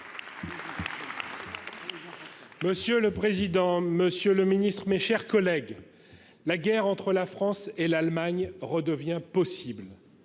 Monsieur le président, Monsieur le Ministre, mes chers collègues, la guerre entre la France et l'Allemagne redevient possible